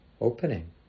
opening